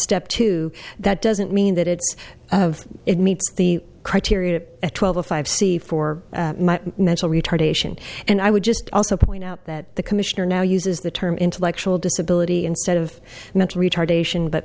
step two that doesn't mean that it's it meets the criteria at twelve o five c for mental retardation and i would just also point out that the commissioner now uses the term intellectual disability instead of mental retardation but